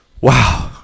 Wow